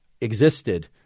existed